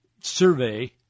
survey